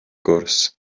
gwrs